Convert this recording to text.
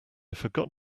forgot